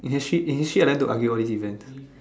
initiate initiate them to argue all this event